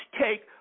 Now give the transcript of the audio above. take